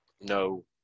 no